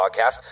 podcast